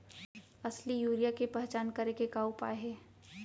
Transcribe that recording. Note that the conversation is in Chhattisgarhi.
असली यूरिया के पहचान करे के का उपाय हे?